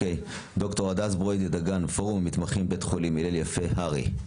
ד"ר הדס ברוידא דגן פורום המתמחים בית חולים הלל יפה הר"י.